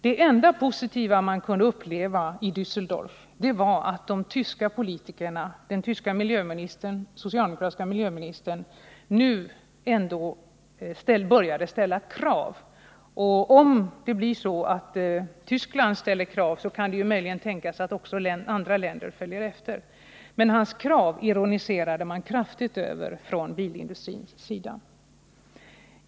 Det enda positiva man kunde uppleva i Dässeldorf var att de västtyska politikerna, bl.a. den socialdemokratiske miljöministern, nu ändå började ställa krav. Om Västtyskland börjar ställa krav, kan det tänkas att också andra länder följer efter. Mot de krav som den västtyske miljöministern framförde ironiserade man dock kraftigt från bilindustrins sida.